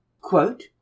Quote